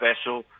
special